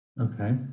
okay